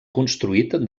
construït